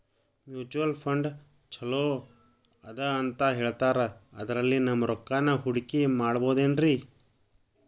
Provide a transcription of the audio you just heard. Mutual fund ಛಲೋ ಅದಾ ಅಂತಾ ಹೇಳ್ತಾರ ಅದ್ರಲ್ಲಿ ನಮ್ ರೊಕ್ಕನಾ ಹೂಡಕಿ ಮಾಡಬೋದೇನ್ರಿ?